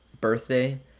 birthday